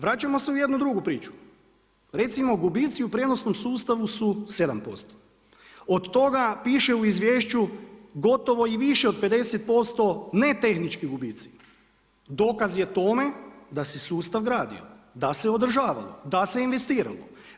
Vraćamo se u jednu drugu priču, recimo gubici u prijenosnom sustavu su 7%, od toga piše u izvješću gotovo i više od 50% ne tehnički gubici, dokaz je tome da se sustav gradio, da se održavalo, da se investiralo.